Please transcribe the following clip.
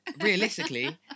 realistically